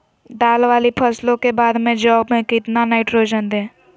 दाल वाली फसलों के बाद में जौ में कितनी नाइट्रोजन दें?